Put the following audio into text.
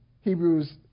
Hebrews